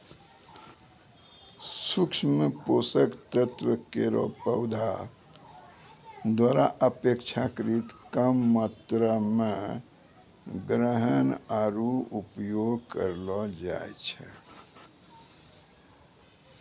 सूक्ष्म पोषक तत्व केरो पौधा द्वारा अपेक्षाकृत कम मात्रा म ग्रहण आरु उपयोग करलो जाय छै